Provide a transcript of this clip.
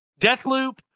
Deathloop